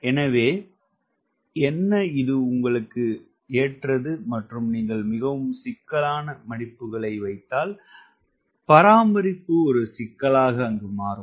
எனவே என்ன இது உங்களுக்கு ஏற்றது மற்றும் நீங்கள் மிகவும் சிக்கலான பிலாப்ஸ் வைத்தால் பராமரிப்பு ஒரு சிக்கலாக மாறும்